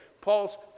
Paul's